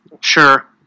Sure